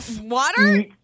water